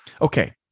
Okay